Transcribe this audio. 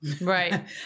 Right